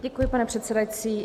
Děkuji, pane předsedající.